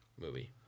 movie